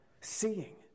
seeing